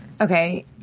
Okay